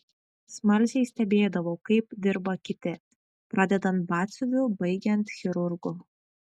smalsiai stebėdavau kaip dirba kiti pradedant batsiuviu baigiant chirurgu